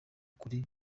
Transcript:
kuri